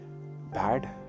bad